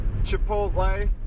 Chipotle